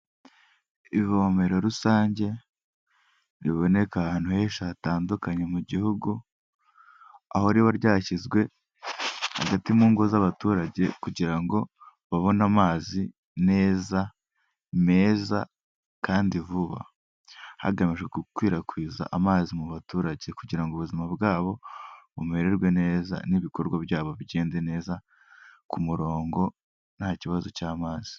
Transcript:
Ivomero rusange riboneka ahantu henshi hatandukanye mu gihugu, aho riba ryashyizwe hagati mu ngo z'abaturage. Kugira ngo babone amazi neza, meza kandi vuba, hagamijwe gukwirakwiza amazi mu baturage. Kugira ubuzima bwabo bumererwe neza n'ibikorwa byabo bigende neza ku murongo nta kibazo cy'amazi.